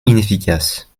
inefficace